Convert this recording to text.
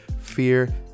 fear